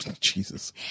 Jesus